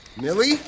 Millie